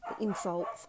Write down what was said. insults